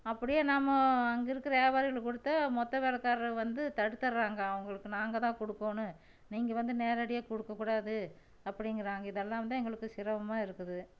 அப்படியே நாம் அங்கே இருக்குற வியாபாரிகளுக்கு கொடுத்து மொத்த வெலைக்காரரு வந்து தடுத்துட்றாங்க அவங்களுக்கு நாங்கள் தான் கொடுக்கோணும் நீங்கள் வந்து நேரடியாக கொடுக்கக்கூடாது அப்படிங்கிறாங்க இதெல்லாம் தான் எங்களுக்கு சிரமமாக இருக்குது